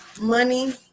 money